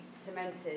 cemented